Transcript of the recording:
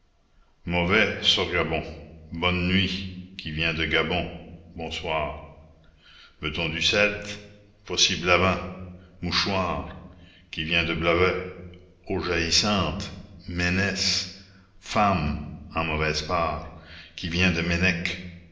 mauvais sorgabon bonne nuit qui vient de gabon bonsoir veut-on du celte voici blavin mouchoir qui vient de blavet eau jaillissante ménesse femme en mauvaise part qui vient de